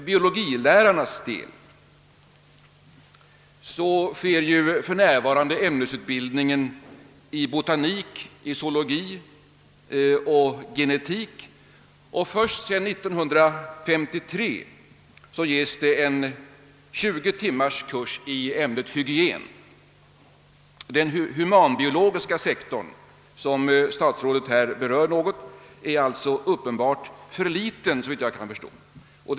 Biologilärarna får ju för närvarande sin ämbetsutbildning i botanik, zoologi och genetik — först sedan år 1953 ges en 20 timmars kurs i ämnet hygien. Den humanbiologiska sektorn — som statsrådet här berört i någon mån — är därför, såvitt jag förstår, uppenbart för liten.